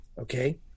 okay